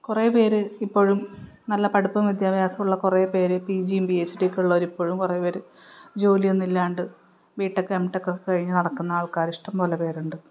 കുറേ പേർ ഇപ്പോഴും നല്ല പഠിപ്പും വിദ്യാഭ്യാസവുമുള്ള കുറേ പേർ പി ജിയും പി എച്ച് ഡിയൊക്കെ ഉള്ളവർ ഇപ്പോഴും കുറേ പേർ ജോലിയൊന്നുമില്ലാണ്ട് ബിടെക്ക് എംടെക്കൊക്കെ കഴിഞ്ഞ് നടക്കുന്ന ആൾക്കാർ ഇഷ്ടംപോലെ പേരുണ്ട്